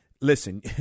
listen